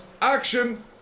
Action